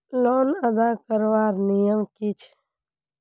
Loan अदा करवार नियम की छे?